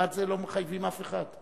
מלבד זה לא מחייבים אף אחד.